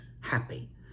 happy